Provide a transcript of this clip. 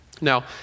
Now